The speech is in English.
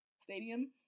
Stadium